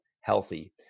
healthy